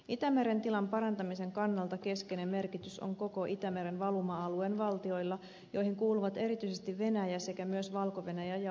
itämeren tilan parantamisen kannalta keskeinen merkitys on koko itämeren valuma alueen valtioilla joihin kuuluvat erityisesti venäjä sekä myös valko venäjä ja ukraina